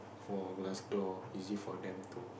for glass door easy for them to